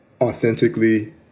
authentically